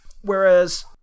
Whereas